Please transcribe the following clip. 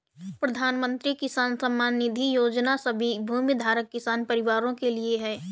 प्रधानमंत्री किसान सम्मान निधि योजना सभी भूमिधारक किसान परिवारों के लिए है